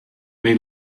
may